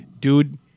Dude